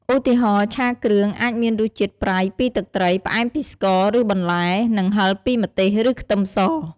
ឧទាហរណ៍ ឆាគ្រឿងអាចមានរសជាតិប្រៃពីទឹកត្រី ផ្អែមពីស្ករ ឬបន្លែ និងហឹរពីម្ទេស ឬខ្ទឹមស។